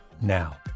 now